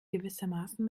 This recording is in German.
gewissermaßen